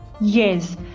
Yes